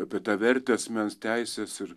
apie tą vertę asmens teises ir